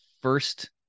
first